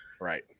Right